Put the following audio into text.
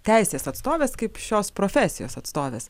teisės atstovės kaip šios profesijos atstovės